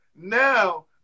now